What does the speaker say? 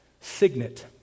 Signet